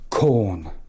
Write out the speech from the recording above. Corn